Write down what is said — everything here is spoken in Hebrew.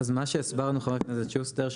אז מה שהסברנו חבר הכנסת שוסטר,